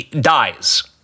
dies